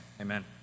amen